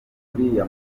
uriya